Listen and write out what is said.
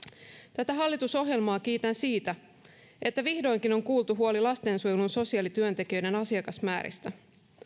tätä hallitusohjelmaa kiitän siitä että vihdoinkin on kuultu huoli lastensuojelun sosiaalityöntekijöiden asiakasmääristä